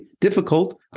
difficult